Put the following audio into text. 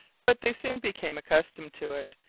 but they soon became accustomed to it,